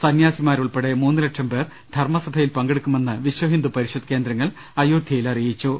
സന്യാസിമാരുൾപ്പെടെ മൂന്ന് ലക്ഷം പേർ ധർമ്മസഭയിൽ പങ്കെടുക്കുമെന്ന് വിശ്വ ഹിന്ദു പരിഷത്ത് കേന്ദ്രങ്ങൾ അയോധ്യയിൽ അറിയി ച്ചു